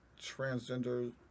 transgender